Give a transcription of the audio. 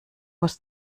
muss